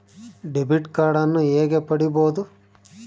Debit ಕಾರ್ಡನ್ನು ಹೇಗೆ ಪಡಿಬೋದು?